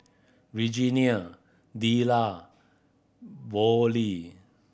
Regenia Della Vollie